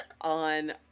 on